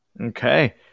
Okay